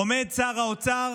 עומד שר האוצר